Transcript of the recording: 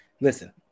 Listen